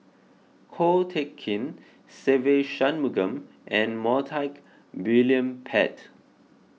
Ko Teck Kin Se Ve Shanmugam and Montague William Pett